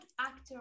actor